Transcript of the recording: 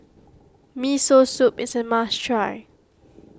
Miso Soup is a must try